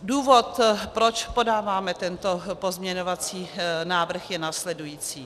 Důvod, proč podáváme tento pozměňovací návrh je následující.